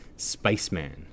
Spaceman